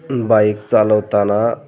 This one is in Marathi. बाईक चालवताना